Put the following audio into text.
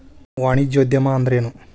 ವಾಣಿಜ್ಯೊದ್ಯಮಾ ಅಂದ್ರೇನು?